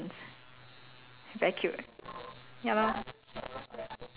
I know right then ya then now they got my cousin and like my two cousins